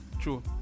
True